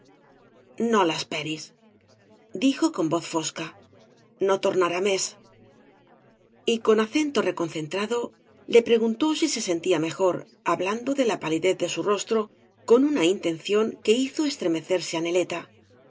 no i esperes dijo con voz fosca no tornará mes cañas y barro y con acento reconcentrado le preguntó si be sentía mejor hablando de la palidez de bu rostro con una intención que hizo estremecerse á neleta